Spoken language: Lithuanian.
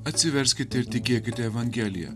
atsiverskite ir tikėkite evangelija